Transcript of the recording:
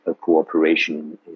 cooperation